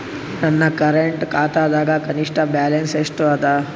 ನನ್ನ ಕರೆಂಟ್ ಖಾತಾದಾಗ ಕನಿಷ್ಠ ಬ್ಯಾಲೆನ್ಸ್ ಎಷ್ಟು ಅದ